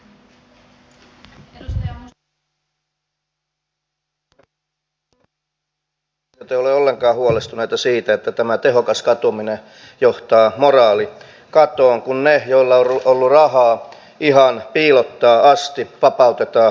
pääministeri sipilä ettekö te ole ollenkaan huolestuneita siitä että tämä tehokas katuminen johtaa moraalikatoon kun ne joilla on ollut rahaa ihan piilottaa asti vapautetaan vastuusta